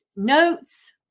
notes